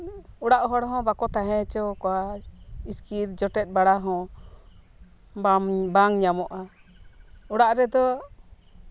ᱚᱲᱟᱜ ᱦᱚᱲ ᱦᱚᱸ ᱵᱟᱠᱚ ᱛᱟᱦᱮᱸ ᱦᱚᱪᱚ ᱟᱠᱚᱣᱟ ᱟᱨ ᱤᱥᱠᱤᱨ ᱡᱚᱴᱮᱫ ᱵᱟᱲᱟ ᱦᱚᱸ ᱵᱟᱢ ᱵᱟᱝ ᱧᱟᱢᱚᱜᱼᱟ ᱚᱲᱟᱜ ᱨᱮᱫᱚ